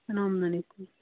اسلام علیکُم